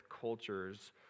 culture's